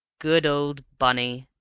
good old bunny,